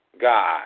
God